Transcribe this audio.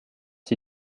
sie